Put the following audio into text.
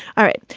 all right.